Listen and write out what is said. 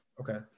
Okay